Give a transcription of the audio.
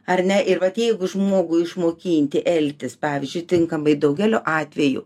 ar ne ir vat jeigu žmogų išmokinti elgtis pavyzdžiui tinkamai daugelio atvejų